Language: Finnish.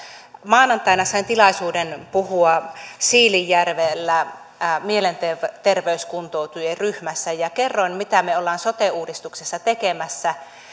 maanantaina sain tilaisuuden puhua siilinjärvellä mielenterveyskuntoutujien ryhmässä ja kerroin mitä me olemme sote uudistuksessa tekemässä